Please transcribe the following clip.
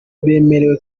bemera